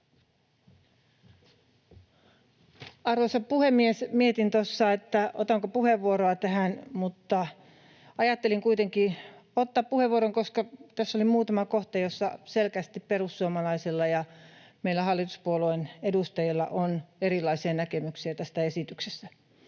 Arvoisa puhemies! Mietin tuossa, otanko puheenvuoroa tähän, mutta ajattelin kuitenkin ottaa puheenvuoron, koska tässä oli muutama kohta, joissa selkeästi perussuomalaisilla ja meillä hallituspuolueiden edustajilla on erilaisia näkemyksiä tästä esityksestä.